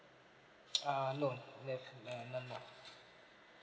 err no never uh never mind